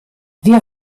wir